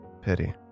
Pity